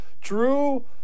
Drew